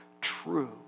true